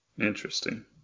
Interesting